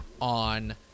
on